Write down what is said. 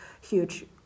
huge